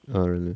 oh really